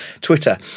Twitter